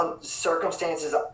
circumstances